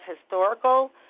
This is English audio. historical